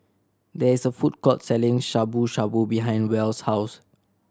there is a food court selling Shabu Shabu behind Wells' house